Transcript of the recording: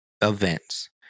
events